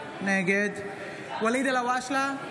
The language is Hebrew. נגד ואליד אלהואשלה,